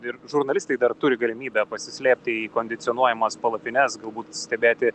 ir žurnalistai dar turi galimybę pasislėpti į kondicionuojamas palapines galbūt stebėti